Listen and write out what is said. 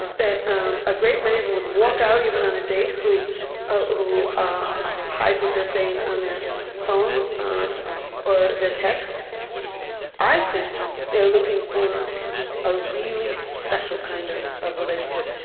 um a great many of them would walk out, even, on a date who who ah hides what they're saying on their phone or their texts i think they're looking for a really special kind of of relationship.